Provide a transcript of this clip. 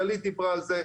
גלית דיברה על זה,